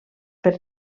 per